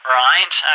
right